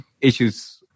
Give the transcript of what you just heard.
issues